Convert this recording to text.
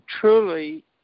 truly